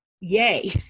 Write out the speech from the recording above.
yay